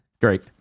great